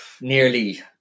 Nearly